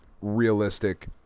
realistic